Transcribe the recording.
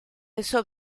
eso